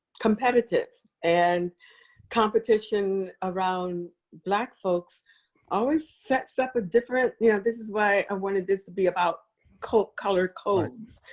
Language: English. competitive and competition around black folks always sets up a different. yeah this is why i wanted this to be about color color codes.